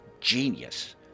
genius